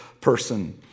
person